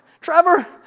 Trevor